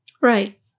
Right